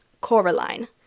Coraline